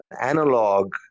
analog